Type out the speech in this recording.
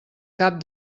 cap